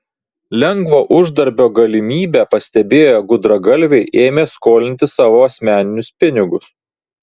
lengvo uždarbio galimybę pastebėję gudragalviai ėmė skolinti savo asmeninius pinigus